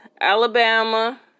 Alabama